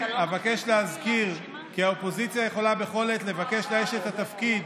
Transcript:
אבקש להזכיר כי האופוזיציה יכולה בכל עת לבקש לאייש את התפקיד